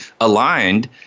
aligned